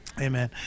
Amen